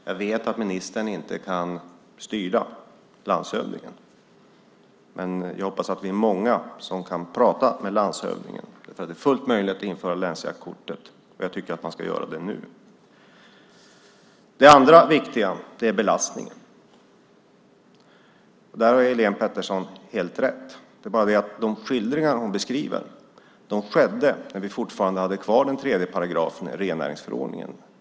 Jag vet att ministern inte kan styra landshövdingen, men jag hoppas att vi är många som kan prata med landshövdingen, för det är fullt möjligt att införa länsjaktkort, och jag tycker att man ska göra det nu. Det andra viktiga är belastningen. Där har Helén Pettersson helt rätt, men de förhållanden hon skildrar rådde när vi fortfarande hade kvar 3 § rennäringsförordningen.